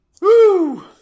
Woo